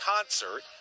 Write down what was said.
concert